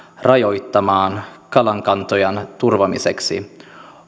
rajoittamaan kalakantojen turvaamiseksi